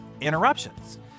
interruptions